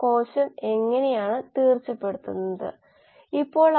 കോശത്തിൽ സംഭവിക്കുന്ന ചില പ്രധാന ഉപാപചയ മാർഗമാണിതെന്ന് നമുക്ക് പറയാം